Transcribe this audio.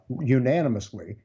unanimously